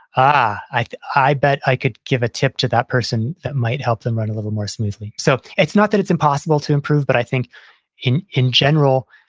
i i bet i could give a tip to that person that might help them run a little more smoothly. so it's not that it's impossible to improve, but i think in in general,